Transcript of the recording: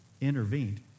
intervened